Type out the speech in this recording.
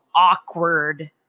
awkward